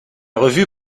revue